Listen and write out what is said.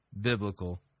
biblical